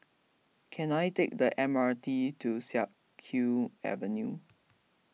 can I take the M R T to Siak Kew Avenue